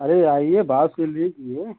अरे आइए भाव से लीजिए